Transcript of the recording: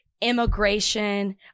immigration